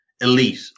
elite